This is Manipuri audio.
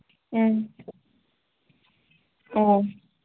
ꯎꯝ ꯑꯣ